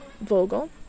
Vogel